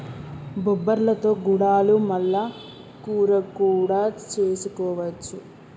బొబ్బర్లతో గుడాలు మల్ల కూర కూడా చేసుకోవచ్చు